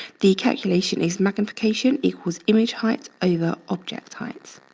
the calculation if magnification equals image height over object height.